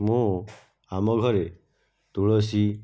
ମୁଁ ଆମ ଘରେ ତୁଳସୀ